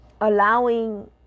allowing